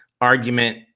argument